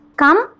come